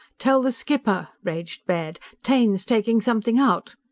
tell the skipper, raged baird. taine's taking something out!